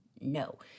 No